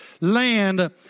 land